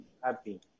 happy